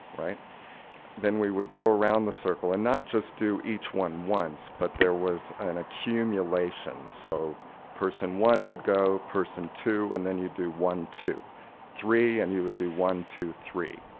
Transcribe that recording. then we would go around the circle and not just do each one once but there was an accumulation, so person one would go, person two, and then you'd do one, two three, and you would do one, two, three.